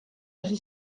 hasi